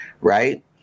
right